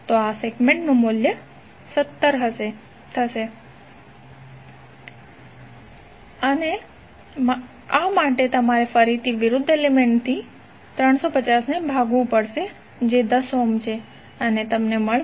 તો આ સેગમેન્ટનું મૂલ્ય 70 થશે અને આ માટે તમારે ફરીથી વિરુદ્ધ એલિમેન્ટ્થી 350 ને ભાગવું પડશે જે 10 ઓહ્મ છે તેથી તમને 35 મળશે